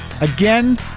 Again